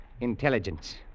Intelligence